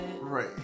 right